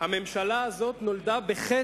"הממשלה הזאת נולדה בחטא",